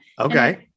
okay